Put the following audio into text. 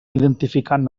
identificant